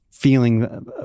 feeling